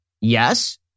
yes